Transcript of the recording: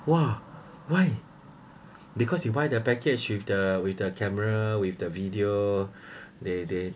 !wah! why because you buy the package with the with the camera with the video they they